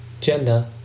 gender